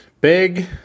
big